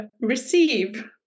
receive